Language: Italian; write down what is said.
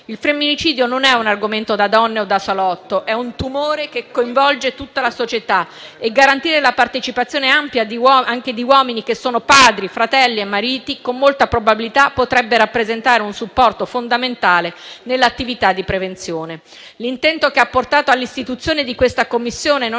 Il femminicidio non è un argomento da donne o da salotto; è un tumore che coinvolge tutta la società. Garantire la partecipazione ampia anche degli uomini, che sono padri, fratelli e mariti, con molta probabilità potrebbe rappresentare un supporto fondamentale nell'attività di prevenzione. L'intento che ha portato all'istituzione di questa Commissione non